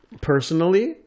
personally